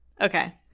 Okay